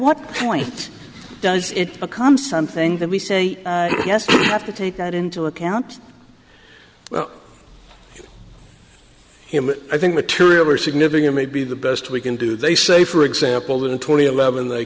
what point does it become something that we say yes we have to take that into account well i think material or significant may be the best we can do they say for example that in twenty eleven they